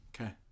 Okay